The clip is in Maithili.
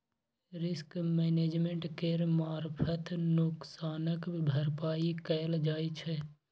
रिस्क मैनेजमेंट केर मारफत नोकसानक भरपाइ कएल जाइ छै